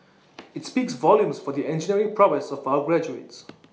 IT speaks volumes for the engineering prowess of our graduates